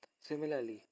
Similarly